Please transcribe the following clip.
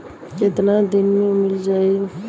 कितना दिन में मील जाई?